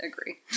agree